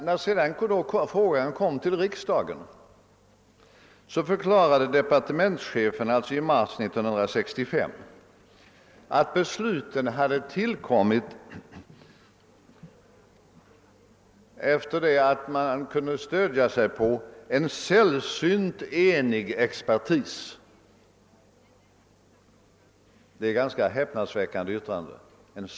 När frågan sedan i mars 1965 behandlades i riksdagen förklarade departementschefen att man för beslutet kunde stödja sig på »en sällsynt enig expertis». Det är ett ganska häpnadsväckande yttrande.